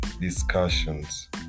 discussions